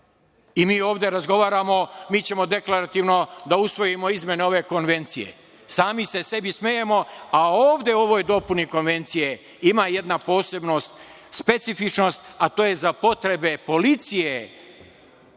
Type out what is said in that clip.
I mi ovde razgovaramo, mi ćemo deklarativno da usvojimo izmene ove konvencije. Sami se sebi smejemo. Ovde, u ovoj dopuni konvencije, ima jedna posebnost, specifičnost, a to je za potrebe policije,